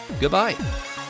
Goodbye